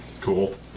Cool